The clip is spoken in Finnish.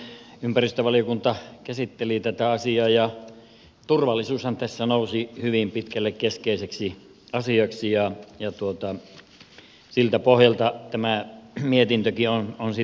ympäristövaliokunta käsitteli tätä asiaa ja turvallisuushan tässä nousi hyvin pitkälle keskeiseksi asiaksi ja siltä pohjalta tämä mietintökin on sitten tehty